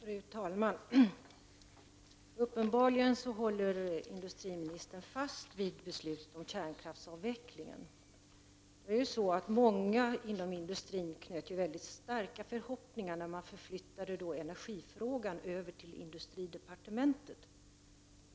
Fru talman! Industriministern håller uppenbarligen fast i vid beslutet om kärnkraftsavvecklingen. Många inom industrin knöt mycket starka förhoppningar till att man förflyttade energifrågorna till industridepartementet.